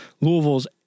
Louisville's